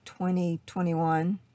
2021